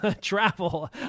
travel